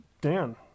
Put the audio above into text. Dan